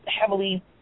heavily